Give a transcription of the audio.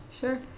Sure